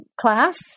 class